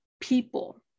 people